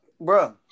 bro